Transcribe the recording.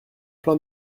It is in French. plein